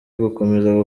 gukomeza